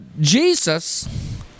Jesus